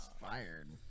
fired